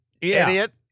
idiot